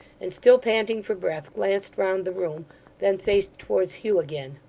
and still panting for breath, glanced round the room then faced towards hugh again.